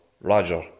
Roger